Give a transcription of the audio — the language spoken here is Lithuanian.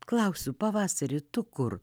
klausiu pavasari tu kur